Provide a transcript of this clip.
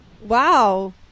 Wow